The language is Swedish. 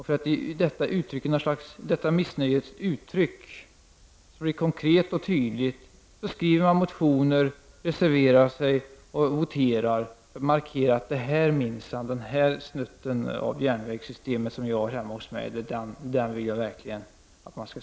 För att uttrycka detta missnöje konkret och tydligt väcker man motioner, reserverar sig, voterar och markerar för att visa att man verkligen vill satsa på vissa delar av järnvägssystemet.